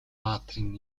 баатрын